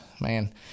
Man